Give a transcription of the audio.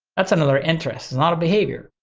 that's another interest and not a behavior,